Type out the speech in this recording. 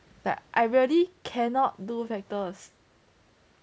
like I really cannot do vectors